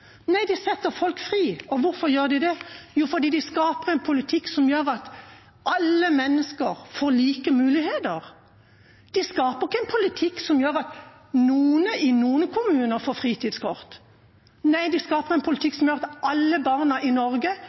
De setter folk fri. Og hvorfor gjør de det? Jo, fordi de skaper en politikk som gjør at alle mennesker får like muligheter. De skaper ikke en politikk som gjør at noen i noen kommuner får fritidskort. Nei, det skaper en politikk som gjør at alle barn i Norge